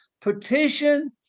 petition